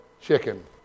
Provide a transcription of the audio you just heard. chicken